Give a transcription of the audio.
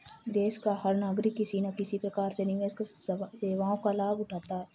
देश का हर नागरिक किसी न किसी प्रकार से निवेश सेवाओं का लाभ उठाता है